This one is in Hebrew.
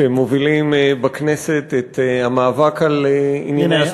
שמובילים בכנסת את המאבק על ענייני הסטודנטים.